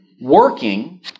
working